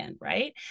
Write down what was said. right